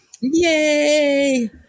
Yay